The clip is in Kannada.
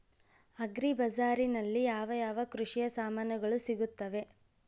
ಅಗ್ರಿ ಬಜಾರಿನಲ್ಲಿ ಯಾವ ಯಾವ ಕೃಷಿಯ ಸಾಮಾನುಗಳು ಸಿಗುತ್ತವೆ?